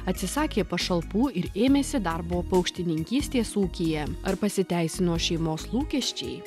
atsisakė pašalpų ir ėmėsi darbo paukštininkystės ūkyje ar pasiteisino šeimos lūkesčiai